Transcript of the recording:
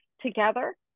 together